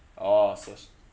oh social